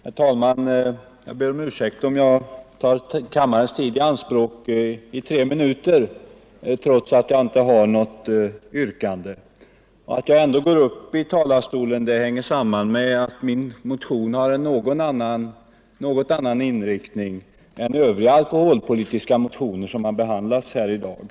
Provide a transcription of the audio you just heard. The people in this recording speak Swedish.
Herr talman! Jag ber om ursäkt för att jag tar kammarens tid i anspråk Nr 105 Onsdagen den under tre minuter trots att jag inte har något yrkande. Att jag ändå går 23 oktober 1974 upp i talarstolen hänger samman med att den motion där jag står som första namn har en något annan inriktning än övriga alkoholpolitiska mo = Alkoholpolitiska tioner som behandlats här i dag.